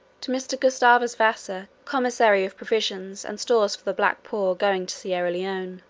to mr. gustavus vassa, commissary of provisions and stores for the black poor going to sierra leone.